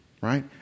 right